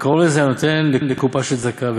וקרוב לזה, הנותן לקופה של צדקה.